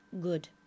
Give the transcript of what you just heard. Good